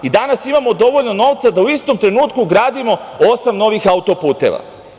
I danas imamo dovoljno novca da u istom trenutku gradimo osam novih autoputeva.